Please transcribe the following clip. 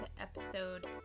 episode